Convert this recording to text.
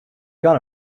gun